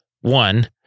one